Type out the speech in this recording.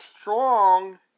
strong